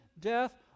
death